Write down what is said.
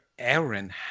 aaron